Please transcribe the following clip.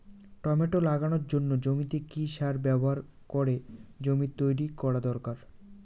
Tomato লাগানোর জন্য জমিতে কি সার ব্যবহার করে জমি তৈরি করা দরকার?